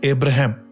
Abraham